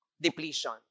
depletion